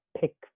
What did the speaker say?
pick